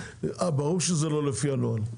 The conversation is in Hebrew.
ברור שזה לא לפי הנוהל.